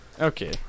Okay